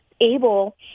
able